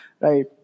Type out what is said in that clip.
Right